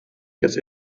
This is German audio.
jetzt